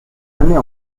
années